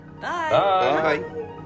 Bye